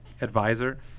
advisor